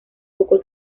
poco